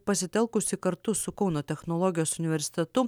pasitelkusi kartu su kauno technologijos universitetu